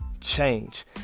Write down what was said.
change